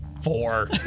Four